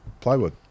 Plywood